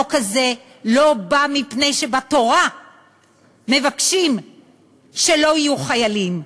החוק הזה לא בא מפני שבתורה מבקשים שלא יהיו חיילים.